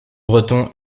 breton